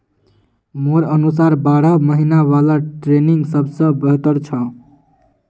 मोर अनुसार बारह महिना वाला ट्रेनिंग सबस बेहतर छ